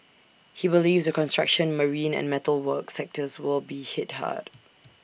he believes the construction marine and metal work sectors will be hit hard